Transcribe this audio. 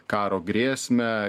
karo grėsmę